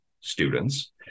students